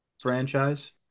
franchise